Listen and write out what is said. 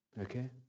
Okay